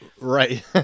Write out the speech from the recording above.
right